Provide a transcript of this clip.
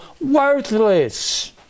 worthless